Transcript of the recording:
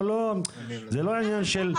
זה לא עניין אישי,